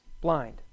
blind